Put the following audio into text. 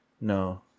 no